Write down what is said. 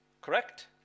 Correct